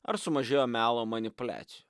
ar sumažėjo melo manipuliacijų